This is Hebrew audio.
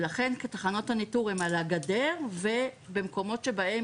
לכן תחנות הניטור הן על הגדר ובמקומות שבהם